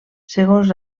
segons